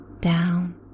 down